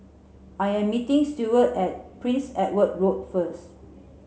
I am meeting Stewart at Prince Edward Road first